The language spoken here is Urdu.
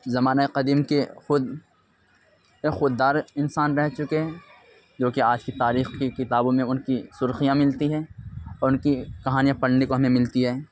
زمانہِ قدیم کے خود خود دار انسان رہ چکے ہیں جو کہ آج کی تاریخ کی کتابوں میں ان کی سرخیاں ملتی ہیں اور ان کی کہانیاں پڑھنے کو ہمیں ملتی ہیں